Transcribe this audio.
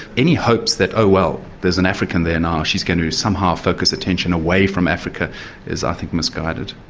any hopes that, oh well, there's an african there now, she's going to somehow focus attention away from africa is, i think, misguided.